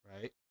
Right